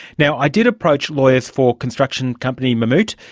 now, i did approach lawyers for construction company mammoet,